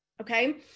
okay